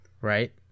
right